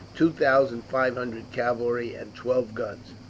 two thousand five hundred cavalry, and twelve guns.